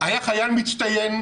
היה חייל מצטיין,